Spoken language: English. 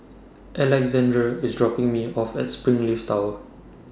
Alexandr IS dropping Me off At Springleaf Tower